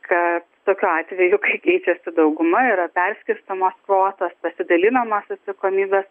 kad tokiu atveju kai keičiasi dauguma yra perskirstomos kvotos pasidalinamos atsakomybės